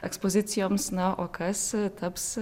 ekspozicijoms na o kas taps